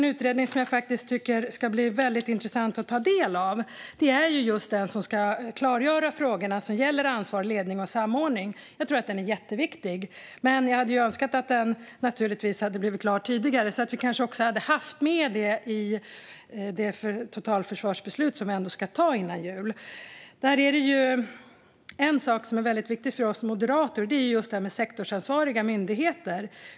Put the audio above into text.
En utredning som det ska bli mycket intressant att ta del av är den som ska klargöra frågorna som gäller ansvar, ledning och samordning. Jag tror att den är jätteviktig. Men jag hade önskat att den hade blivit klar tidigare så att vi hade kunnat ha med det i det totalförsvarsbeslut som ska tas före jul. En sak som är viktig för oss moderater är sektorsansvariga myndigheter.